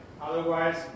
otherwise